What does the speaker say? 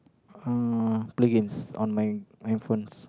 uh play games on my my phones